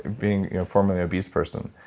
being you know formerly obese person.